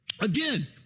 again